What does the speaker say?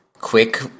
quick